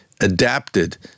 adapted